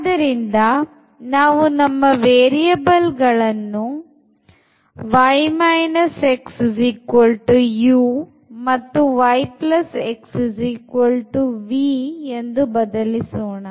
ಆದ್ದರಿಂದ ನಾವು ನಮ್ಮ ವೇರಿಯಬಲ್ ಗಳನ್ನು y xu ಮತ್ತು yxv ಎಂದು ಬದಲಿಸೋಣ